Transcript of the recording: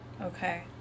Okay